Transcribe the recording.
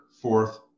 fourth